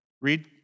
Read